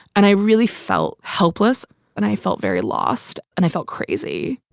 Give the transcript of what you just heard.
and i really felt helpless and i felt very lost and i felt crazy